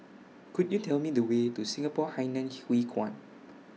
Could YOU Tell Me The Way to Singapore Hainan Hwee Kuan